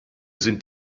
sind